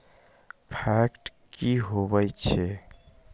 Fat की होवछै?